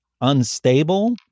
unstable